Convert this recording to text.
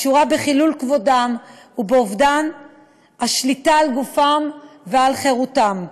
הקשורה בחילול כבודם ובאובדן שליטה על גופם ועל חירותם.